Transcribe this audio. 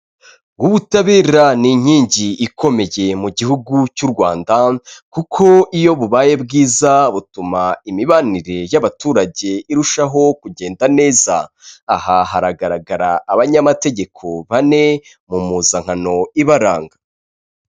Ubutabera ni inkingi ikomeye mu gihugu cy'u Rwanda, kuko iyo bubaye bwiza butuma imibanire y'abaturage irushaho kugenda neza, aha haragaragara abanyamategeko bane mu mpuzankano ibaranga.